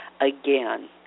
again